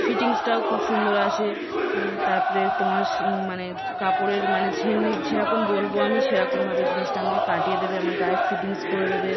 ফিটিংসটাও খুব সুন্দর আসে তারপরে তোমার মানে কাপড়ের মানে যেমনি যেরকম বলব আমি সেরকমভাবে জিনিসটা আমাকে কাটিয়ে দেবে আমার গায়ে ফিটিংস করে দেবে